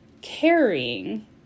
carrying